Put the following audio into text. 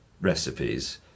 recipes